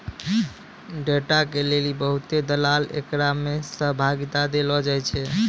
data के लेली बहुते दलाल एकरा मे सहभागिता देलो जाय छै